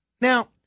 Now